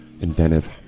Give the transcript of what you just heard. Inventive